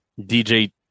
DJ